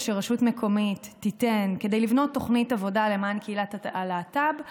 שרשות מקומית תיתן כדי לבנות תוכנית עבודה למען קהילת הלהט"ב אנחנו,